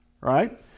right